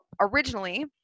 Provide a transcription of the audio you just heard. originally